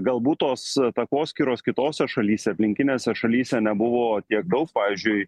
galbūt tos takoskyros kitose šalyse aplinkinėse šalyse nebuvo tiek daug pavyzdžiui